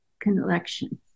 collection